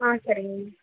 ஆ சரிங்க மேம்